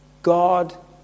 God